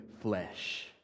flesh